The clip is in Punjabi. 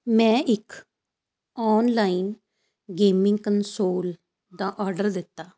ਮੈਂ ਇੱਕ ਆਨਲਾਈਨ ਗੇਮਿੰਗ ਕਨਸੋਲ ਦਾ ਆਰਡਰ ਦਿੱਤਾ